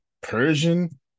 Persian